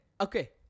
okay